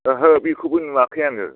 ओहो बेखौबो नुवाखै आङो